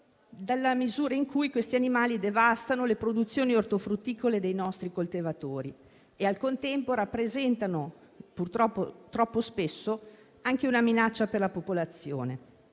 nella misura in cui questi animali devastano le produzioni ortofrutticole dei nostri coltivatori e al contempo rappresentano - troppo spesso, purtroppo - una minaccia per la popolazione.